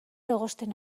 egosten